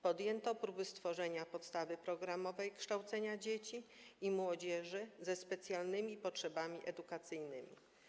Podjęto próby stworzenia podstawy programowej kształcenia dzieci i młodzieży ze specjalnymi potrzebami edukacyjnymi.